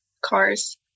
cars